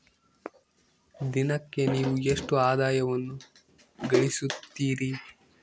ದಿನಕ್ಕೆ ನೇವು ಎಷ್ಟು ಆದಾಯವನ್ನು ಗಳಿಸುತ್ತೇರಿ?